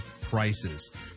prices